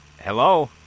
Hello